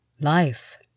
Life